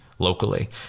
locally